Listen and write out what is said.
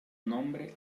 nombre